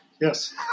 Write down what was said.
Yes